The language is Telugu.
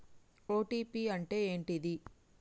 ఓ.టీ.పి అంటే ఏంటిది?